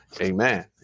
amen